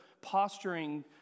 posturing